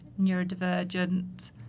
neurodivergent